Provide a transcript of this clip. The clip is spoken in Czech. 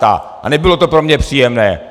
A nebylo to pro mě příjemné.